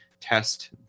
test